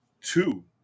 two